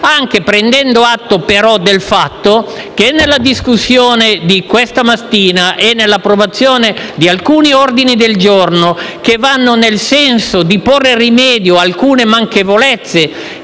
Prendiamo atto però del fatto che la discussione di questa mattina e l'approvazione di alcuni ordini del giorno vanno nel senso di porre rimedio ad alcune manchevolezze